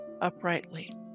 uprightly